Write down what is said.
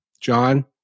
john